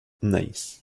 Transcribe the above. nice